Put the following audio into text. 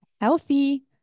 healthy